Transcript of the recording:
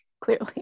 Clearly